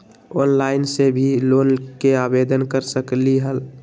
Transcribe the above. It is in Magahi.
ऑनलाइन से भी लोन के आवेदन कर सकलीहल?